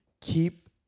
keep